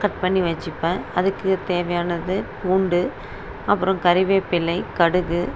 cut பண்ணி வைச்சுப்பேன் அதுக்கு தேவையானது பூண்டு அப்புறம் கறிவேப்பிலை கடுகு